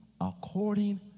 according